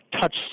touch